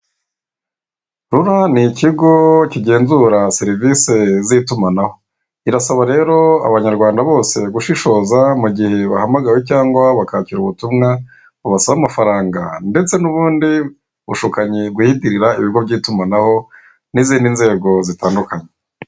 RULA ni ikigo kigenzura serivisi z'itumanaho, irasaba rero abanyarwanda bose gushishoza igihe bahamagawe cyangwa bakakira ubutumwa bubasaba amafaranga ndetse n'ubundi bushukanyi bwiyitirira ibigo by'itumanaho n'izindi nzego zitandukanye.